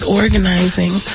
organizing